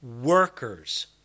workers